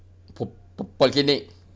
po~ polyclinic